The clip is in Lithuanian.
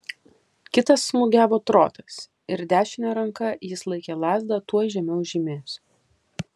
kitas smūgiavo trotas ir dešine ranka jis laikė lazdą tuoj žemiau žymės